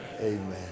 Amen